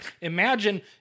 Imagine